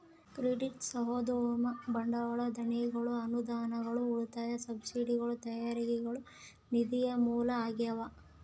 credit ಸಾಹಸೋದ್ಯಮ ಬಂಡವಾಳ ದೇಣಿಗೆಗಳು ಅನುದಾನಗಳು ಉಳಿತಾಯ ಸಬ್ಸಿಡಿಗಳು ತೆರಿಗೆಗಳು ನಿಧಿಯ ಮೂಲ ಆಗ್ಯಾವ